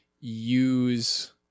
use